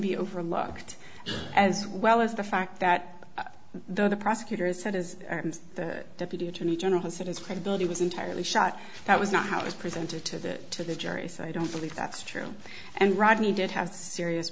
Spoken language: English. be overlooked as well as the fact that the prosecutors had as the deputy attorney general has said his credibility was entirely shot that was not how it was presented to the to the jury so i don't believe that's true and rodney did have serious